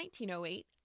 1908